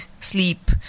sleep